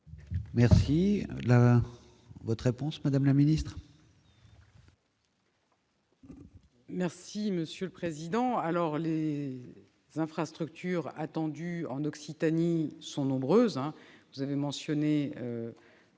Merci de votre réponse, madame la ministre.